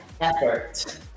effort